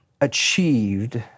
achieved